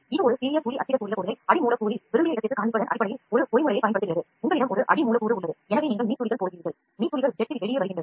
இது ஒரு சிறிய துளி அச்சிடக்கூடிய பொருளை அடிமூலக்கூறில் விரும்பிய இடத்திற்கு காண்பிப்பதன் அடிப்படையில் பொறிமுறையைப் பயன்படுத்துகிறது